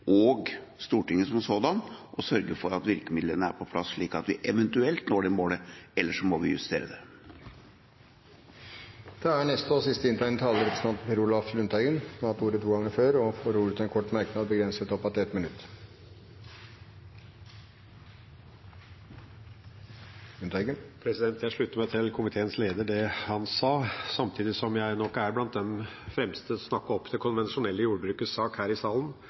og Stortinget som sådant å sørge for at virkemidlene er på plass, slik at vi eventuelt når det målet. Ellers må vi justere det. Per Olaf Lundteigen har hatt ordet to ganger tidligere og får ordet til en kort merknad, begrenset til 1 minutt. Jeg slutter meg til det komiteens leder sa, samtidig som jeg nok er blant de fremste som snakker det konvensjonelle jordbrukets sak her i salen,